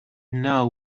know